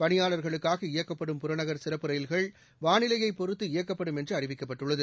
பணியாளர்களுக்காக இயக்கப்படும் புறநகள் சிறப்பு ரயில்கள் வானிலையை பொறுத்து இயக்கப்படும் என்று அறிவிக்கப்பட்டுள்ளது